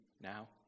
now